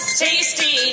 tasty